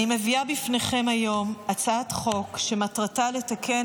אני מביאה בפניכם היום הצעת חוק שמטרתה לתקן